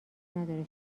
نداره